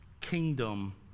kingdom